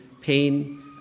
Pain